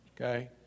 Okay